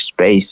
space